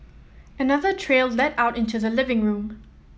another trail led out into the living room